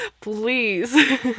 please